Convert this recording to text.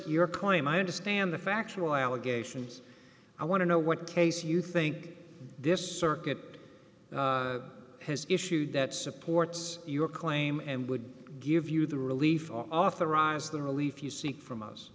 your claim i understand the factual allegations i want to know what case you think this circuit has issued that supports your claim and would give you the relief after rise the relief you seek from us